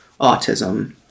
autism